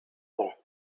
rangs